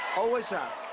always have.